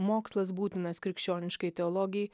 mokslas būtinas krikščioniškai teologijai